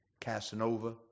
casanova